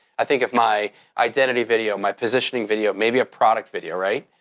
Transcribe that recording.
i think of my identity video, my positioning video, maybe a product video, right?